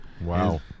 Wow